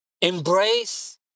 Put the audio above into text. embrace